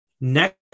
next